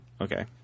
Okay